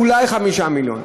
אולי 5 מיליון,